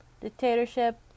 Dictatorship